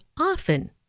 often